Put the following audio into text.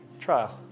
Trial